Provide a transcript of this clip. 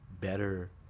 better